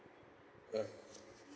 mm